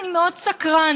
אני מאוד סקרן.